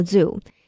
Zoo